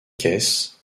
caisses